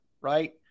Right